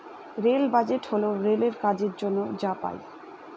rail budget হল রেলের কাজের জন্য যা পাই